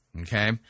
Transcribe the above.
Okay